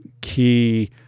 key